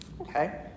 Okay